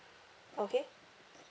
okay